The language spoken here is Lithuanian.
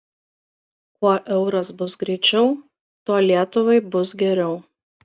kuo euras bus greičiau tuo lietuvai bus geriau